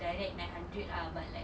direct nine hundred ah but like